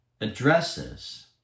addresses